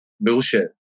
bullshit